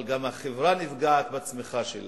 אבל גם החברה נפגעת בצמיחה שלה.